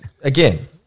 again